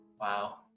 Wow